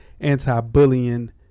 anti-bullying